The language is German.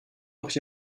noch